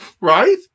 Right